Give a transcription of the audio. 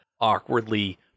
awkwardly